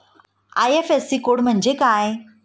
IFSC code म्हणजे काय?